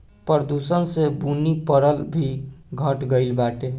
प्रदूषण से बुनी परल भी घट गइल बाटे